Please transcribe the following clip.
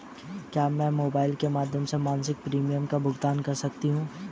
क्या मैं मोबाइल के माध्यम से मासिक प्रिमियम का भुगतान कर सकती हूँ?